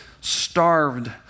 starved